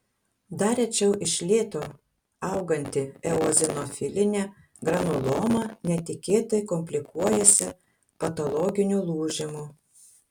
dar rečiau iš lėto auganti eozinofilinė granuloma netikėtai komplikuojasi patologiniu lūžimu